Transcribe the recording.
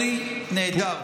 נהדר.